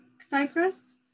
cyprus